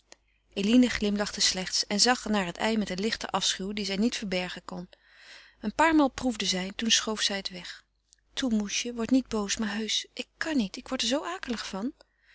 eline glimlachte slechts en zag naar het ei met een lichten afschuw dien zij niet verbergen kon een paar malen proefde zij toen schoof zij het weg toe moesje word niet boos maar heusch ik kan niet ik word er zoo akelig van